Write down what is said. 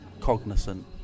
cognizant